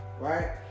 right